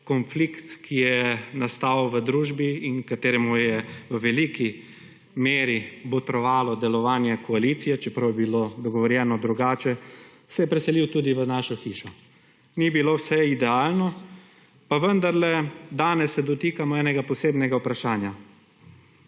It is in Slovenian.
konflikt, ki je nastal v družbi in kateremu je v veliki meri botrovalo delovanje koalicije, čeprav je bilo dogovorjeno drugače se je preselil tudi v našo hišo. Ni bilo vse idealno pa vendarle danes se dotikamo enega posebnega vprašanja.